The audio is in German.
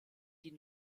die